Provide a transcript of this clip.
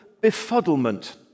befuddlement